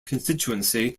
constituency